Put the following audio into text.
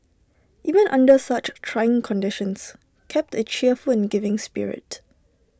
even under such trying conditions kept A cheerful and giving spirit